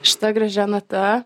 šita gražia nata